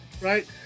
Right